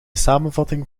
samenvatting